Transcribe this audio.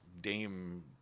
Dame